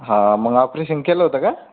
हा मग ऑपरेशन केलं होतं का